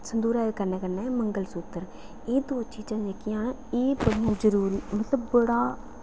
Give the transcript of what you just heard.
संदूरै कन्नै कन्नै मंगलसूत्र एह् दोए चीजां जेह्कियां न एह् ब्होत जरूरी मतलब बड़ा